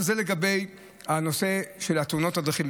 זה לגבי הנושא של תאונות הדרכים.